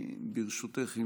ברשותך,